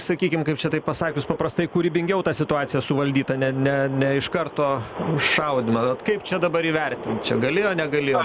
sakykim kaip čia taip pasakius paprastai kūrybingiau ta situacija suvaldyta ne ne ne iš karto už šaudymą kaip čia dabar įvertint čia galėjo negalėjo